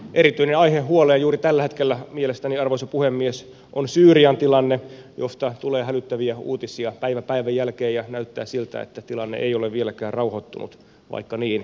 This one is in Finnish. erityinen aihe huoleen juuri tällä hetkellä mielestäni arvoisa puhemies on syyrian tilanne josta tulee hälyttäviä uutisia päivä päivän jälkeen ja näyttää siltä että tilanne ei ole vieläkään rauhoittunut vaikka niin piti olla